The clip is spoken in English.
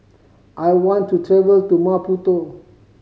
I want to travel to Maputo